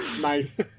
Nice